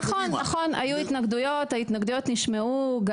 נכון, היו התנגדויות, ההתנגדויות נשמעו.